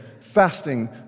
fasting